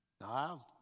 Now